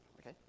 Okay